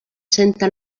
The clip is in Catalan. senten